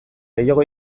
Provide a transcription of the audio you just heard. gehiago